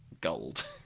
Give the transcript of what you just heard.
gold